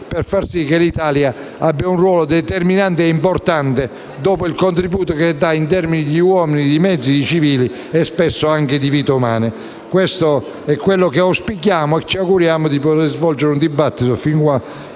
per far sì che l'Italia abbia un ruolo determinante e importante, considerato il contributo che offre in termini di uomini, di mezzi, di civili e spesso anche di vite umane. Questo è quello che auspichiamo. Ci auguriamo di poter svolgere un dibattito su